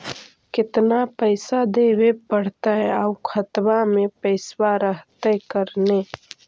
केतना पैसा देबे पड़तै आउ खातबा में पैसबा रहतै करने?